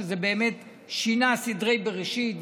שזה באמת שינה סדרי בראשית,